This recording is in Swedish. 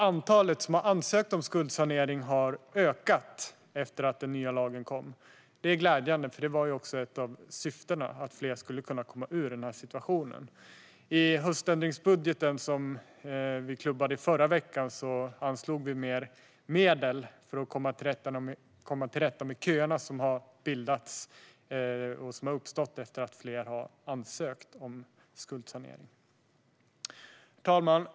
Antalet som har ansökt om skuldsanering har ökat efter att den nya lagen kom. Det är glädjande, för ett av syftena var att fler skulle kunna komma ur den här situationen. I höständringsbudgeten som vi klubbade i förra veckan anslog vi mer medel för att komma till rätta med köerna som har uppstått efter att fler har ansökt om skuldsanering. Herr talman!